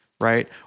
right